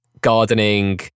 gardening